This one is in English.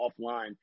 offline